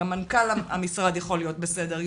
גם מנכ"ל המשרד יכול להיות בסדר,